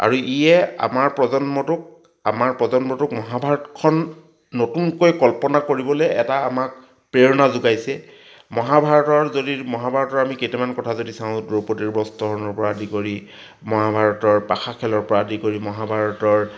আৰু ইয়ে আমাৰ প্ৰজন্মটোক আমাৰ প্ৰজন্মটোক মহাভাৰতখন নতুনকৈ কল্পনা কৰিবলৈ এটা আমাক প্ৰেৰণা যোগাইছে মহাভাৰতৰ যদি মহাভাৰতৰ আমি কেইটামান কথা যদি চাওঁ দ্ৰৌপদীৰ বস্ত্ৰহৰণৰ পৰা আদি কৰি মহাভাৰতৰ পাশা খেলৰ পৰা আদি কৰি মহাভাৰতৰ